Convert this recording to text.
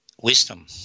Wisdom